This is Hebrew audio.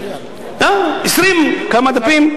כמה דפים?